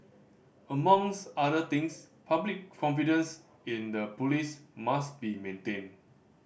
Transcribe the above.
amongst other things public confidence in the police must be maintained